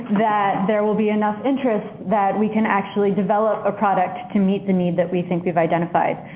that there will be enough interest that we can actually develop a product to meet the need that we think we've identified.